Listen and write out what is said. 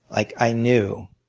like i knew,